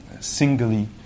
singly